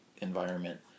environment